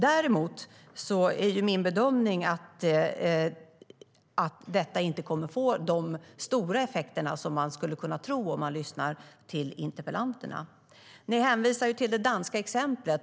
Däremot är min bedömning att detta inte kommer att få de stora effekter som interpellanterna verkar vilja få oss att tro. Ni hänvisar till det danska exemplet.